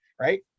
right